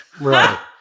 right